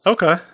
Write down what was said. Okay